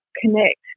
connect